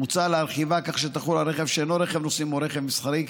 ומוצע להרחיבה כך שתחול על רכב שאינו רכב נוסעים או רכב מסחרי,